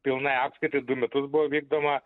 pilnai apskaitai du metus buvo vykdoma